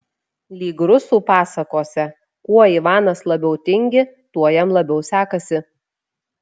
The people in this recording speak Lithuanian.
lyg rusų pasakose kuo ivanas labiau tingi tuo jam labiau sekasi